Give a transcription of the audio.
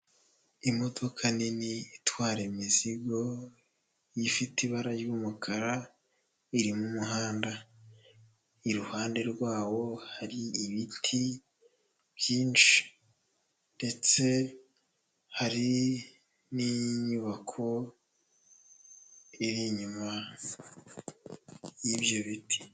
Imodoka nini itwara imizigo, ifite ibara ry'umukara, iri mu muhanda, iruhande rwawo hari ibiti byinshi ndetse hari n'inyubako iri inyuma y'ibyo biti.